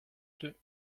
deux